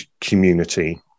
community